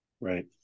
Right